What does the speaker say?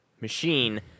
machine